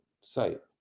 site